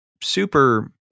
super